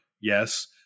yes